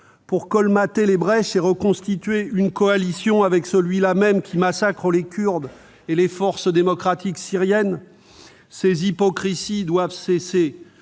Pour colmater les brèches et reconstituer une coalition avec celui-là même qui massacre les Kurdes et les forces démocratiques syriennes ? Ces hypocrisies doivent cesser